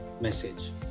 message